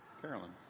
Carolyn